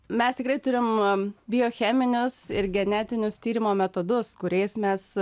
mes tikrai turim biocheminius ir genetinius tyrimo metodus kuriais mes